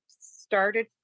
started